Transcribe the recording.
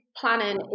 planning